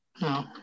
No